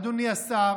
אדוני השר,